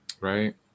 Right